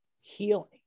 healing